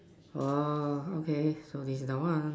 !wah! okay so this the [one]